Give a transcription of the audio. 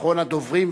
אחרון הדוברים,